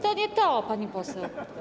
To nie to, pani poseł.